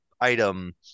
item